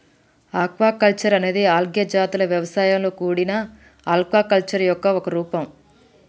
aquaculture అనేది algae జాతుల వ్యవసాయంతో కూడిన ఆక్వాకల్చర్ యొక్క ఒక రూపం